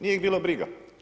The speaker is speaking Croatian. Nije ih bilo briga.